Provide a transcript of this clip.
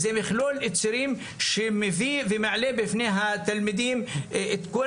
זה מכלול צירים שמביא ומעלה בפני התלמידים את כל